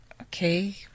okay